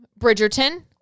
Bridgerton